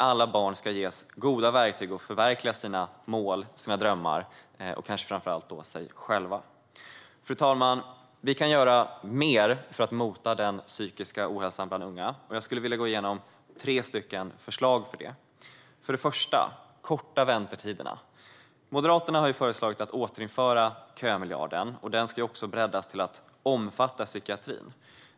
Alla barn ska ges goda verktyg att förverkliga sina mål, sina drömmar och kanske framför allt sig själva. Fru talman! Vi kan göra mer för att mota den psykiska ohälsan bland unga. Jag skulle vilja gå igenom tre förslag när det gäller det. För det första: Korta väntetiderna! Moderaterna har föreslagit att kömiljarden ska återinföras. Den ska också breddas till att omfatta psykiatrin.